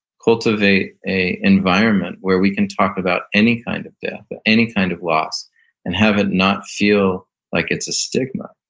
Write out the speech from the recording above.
cultivate a environment where we can talk about any kind of death, but any kind of loss and have it not feel like it's a stigma.